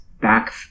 back